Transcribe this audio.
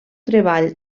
treball